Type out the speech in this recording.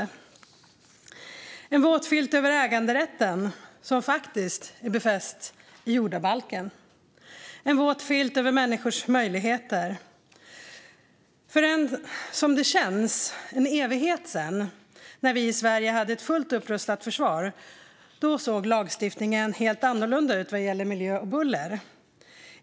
Det är en våt filt över äganderätten, som är befäst i jordabalken. Det är en våt filt över människors möjligheter. För en, som det känns, evighet sedan, när vi i Sverige hade ett fullt upprustat försvar, såg lagstiftningen helt annorlunda ut vad gäller miljö och buller.